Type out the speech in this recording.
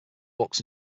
books